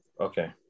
Okay